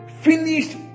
finished